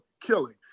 killing